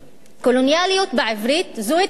קולוניאליות בעברית זאת התיישבות.